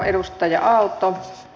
arvoisa rouva puhemies